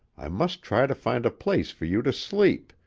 i must try to find a place for you to sleep,